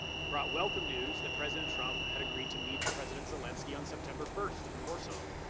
and brought welcome news that president trump had agreed to meet president zelensky on september first in warsaw.